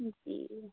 जी